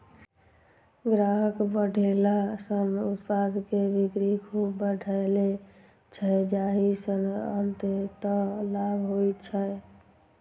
ग्राहक बढ़ेला सं उत्पाद के बिक्री खूब बढ़ै छै, जाहि सं अंततः लाभ होइ छै